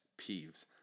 peeves